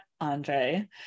Andre